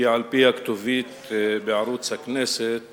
כי על-פי הכתובית בערוץ הכנסת